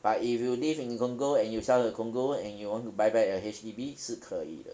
but if you live in condo and you sell the condo and you want to buy back the H_D_B 是可以的